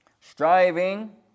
striving